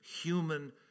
human